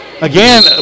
again